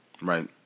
right